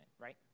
right